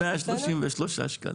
חוסכים להם 133 שקלים.